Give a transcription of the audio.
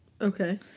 Okay